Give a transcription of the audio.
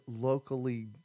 locally